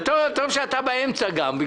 טוב שאתה באמצע גם.